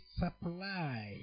supply